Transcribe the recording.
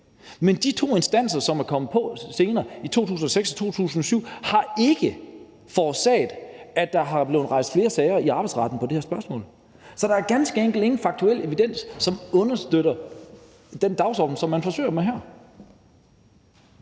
men de to instanser, som er kommet på senere, i 2006 og 2007, har ikke forårsaget, at der er blevet rejst flere sager i arbejdsretten på det her spørgsmål. Så der er ganske enkelt ingen faktuel evidens, som understøtter den dagsorden, som man forsøger sig med her.